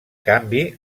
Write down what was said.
canvi